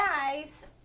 guys